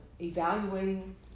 evaluating